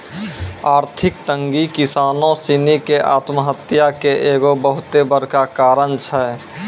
आर्थिक तंगी किसानो सिनी के आत्महत्या के एगो बहुते बड़का कारण छै